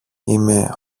είμαι